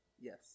Yes